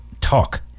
talk